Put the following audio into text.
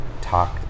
talk